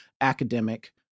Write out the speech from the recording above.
academic